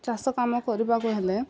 ଚାଷ କାମ କରିବାକୁ ହେଲେ